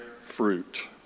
fruit